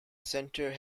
center